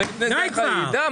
ולפני זה הייתה לך ירידה?